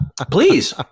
Please